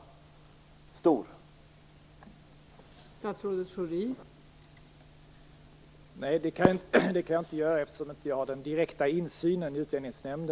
Skulle statsrådet kunna lämna den uppgiften?